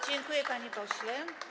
Dziękuję, panie pośle.